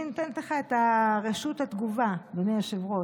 אני נותנת לך את רשות התגובה, אדוני היושב-ראש,